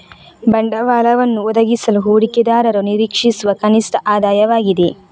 ಬಂಡವಾಳವನ್ನು ಒದಗಿಸಲು ಹೂಡಿಕೆದಾರರು ನಿರೀಕ್ಷಿಸುವ ಕನಿಷ್ಠ ಆದಾಯವಾಗಿದೆ